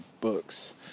books